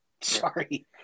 Sorry